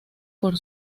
por